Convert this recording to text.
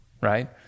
right